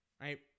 Right